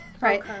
right